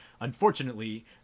Unfortunately